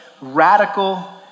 radical